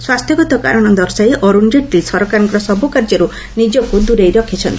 ସ୍ୱାସ୍ଥ୍ୟଗତ କାରଣ ଦର୍ଶାଇ ଅରୁଣ କେଟଲୀ ସରକାରଙ୍କ ସବୁ କାର୍ଯ୍ୟରୁ ନିଜକୁ ଦୂରେଇ ରଖିଛନ୍ତି